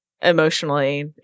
emotionally